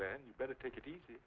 then you better take it easy